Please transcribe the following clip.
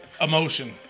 emotion